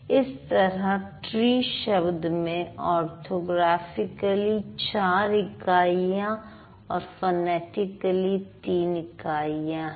इस तरह ट्री शब्द में ऑर्थोग्राफिकली ४ इकाइयां और फनेटिकली ३ इकाइयां है